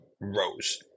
Rose